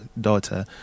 daughter